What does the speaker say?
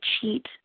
cheat